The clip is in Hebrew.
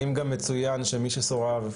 האם גם מצוין שמי שסורב,